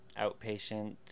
Outpatient